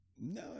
No